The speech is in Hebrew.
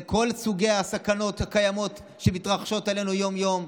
לכל סוגי הסכנות הקיימות שמתרגשות עלינו יום-יום,